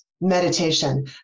meditation